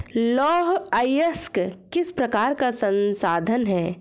लौह अयस्क किस प्रकार का संसाधन है?